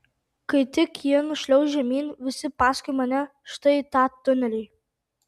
kai tik ji nušliauš žemyn visi paskui mane štai į tą tunelį